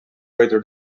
rather